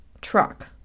truck